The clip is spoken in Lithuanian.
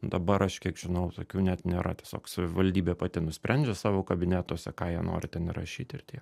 dabar aš kiek žinau tokių net nėra tiesiog savivaldybė pati nusprendžia savo kabinetuose ką jie nori ten įrašyti ir tiek